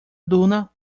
duna